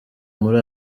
muri